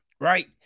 right